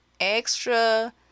Extra